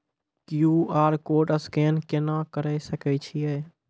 QR code scan केना करै सकय छियै?